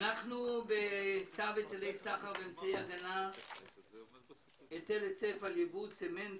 אנחנו בצו היטלי סחר ואמצעי הגנה (היטל היצף על יבוא של צמנט).